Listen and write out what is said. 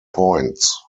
points